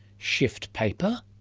shift paper?